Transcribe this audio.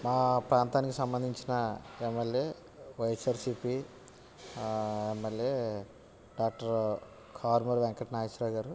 మా ప్రాంతానికి సంబంధించిన ఎమ్మెల్యే వైఎస్ఆర్సిపి మళ్ళీ డాక్టర్ కారుమురి వెంకట నాగేశ్వర రావు గారు